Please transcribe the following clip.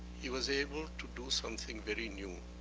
he was able to do something very new,